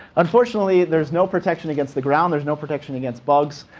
unfortunately, there's no protection against the ground. there's no protection against bugs.